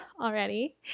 already